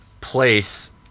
place